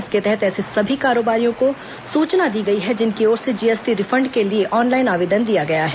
इसके तहत ऐसे सभी कारोबारियों को सूचना दी गई है जिनकी ओर से जीएसटी रिफंड के लिए ऑनलाइन आवेदन दिया गया है